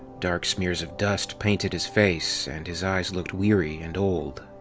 dark smears of dust painted his face, and his eyes looked weary and old.